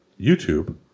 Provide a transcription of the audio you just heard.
YouTube